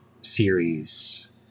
series